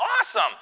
awesome